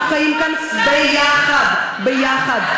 אנחנו חיים כאן ביחד, ביחד.